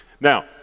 Now